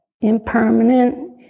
impermanent